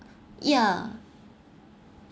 ya